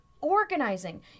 organizing